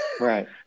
Right